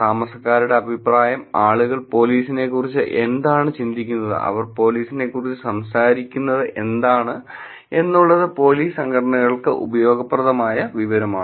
താമസക്കാരുടെ അഭിപ്രായം ആളുകൾ പോലീസിനെക്കുറിച്ച് എന്താണ് ചിന്തിക്കുന്നത് അവർ പോലീസിനെക്കുറിച്ച് സംസാരിക്കുന്നത് എന്താണ് എന്നുള്ളത് പോലീസ് സംഘടനകൾക്ക് ഉപയോഗപ്രദമായ വിവരമാണ്